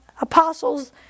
apostles